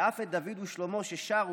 ואף את דוד ושלמה ששרו,